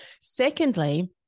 Secondly